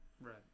Right